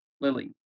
Lily